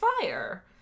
fire